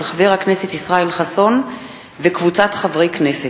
של חבר הכנסת ישראל חסון וקבוצת חברי הכנסת.